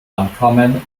uncommon